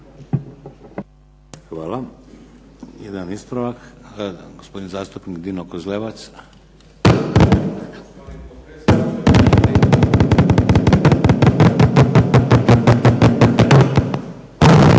Hvala. Jedan ispravak, gospodin zastupnik Dino Kozlevac.